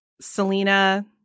Selena